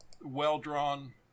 well-drawn